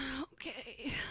Okay